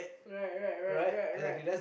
right right right right right